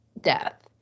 death